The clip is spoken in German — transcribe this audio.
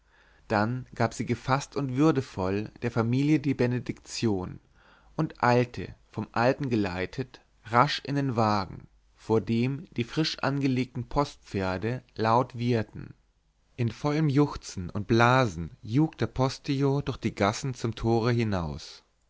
dann gab sie gefaßt und würdevoll der familie die benediktion und eilte vom alten geleitet rasch in den wagen vor dem die frisch angelegten postpferde laut wieherten in vollem juchzen und blasen jug der postillion durch die gassen zum tore hinaus